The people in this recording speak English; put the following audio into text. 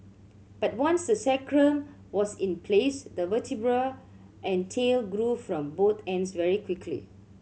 but once the sacrum was in place the vertebrae and tail grew from both ends very quickly